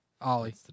Ollie